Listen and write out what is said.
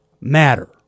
matter